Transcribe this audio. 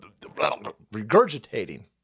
regurgitating